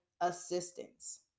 assistance